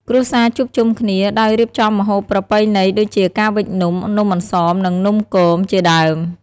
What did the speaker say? គ្រួសារជួបជុំគ្នា ដោយរៀបចំម្ហូបប្រពៃណីដូចជាការវេចនំ “នំអន្សម” និង “នំគម” ជាដើម។